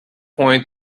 point